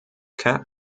cap